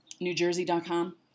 NewJersey.com